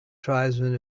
tribesmen